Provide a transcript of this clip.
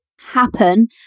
happen